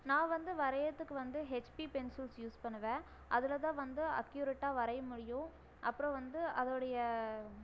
நான் வந்து வரைகிறதுக்கு வந்து ஹெச்பி பென்சில்ஸ் யூஸ் பண்ணுவேன் அதில்தான் வந்து அக்யூரெட்டாக வரைய முடியும் அப்புறம் வந்து அதோடைய